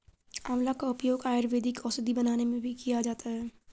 आंवला का उपयोग आयुर्वेदिक औषधि बनाने में भी किया जाता है